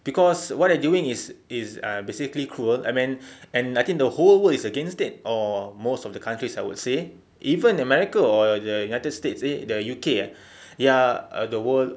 cause what they are doing is is basically cruel I mean and I think the whole world is against it or most of the countries I would say even america or the united states eh the U_K ah ya uh the whole